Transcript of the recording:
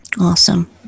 Awesome